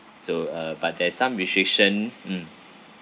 so uh but there's some restriction mm